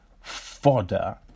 fodder